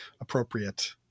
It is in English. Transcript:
appropriate